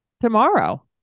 Tomorrow